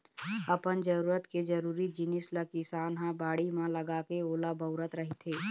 अपन जरूरत के जरुरी जिनिस ल किसान ह बाड़ी म लगाके ओला बउरत रहिथे